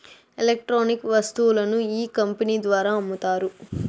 electronic వస్తువులను ఈ company ద్వారా అమ్ముతారు